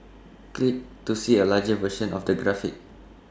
click to see A larger version of the graphic